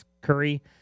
Curry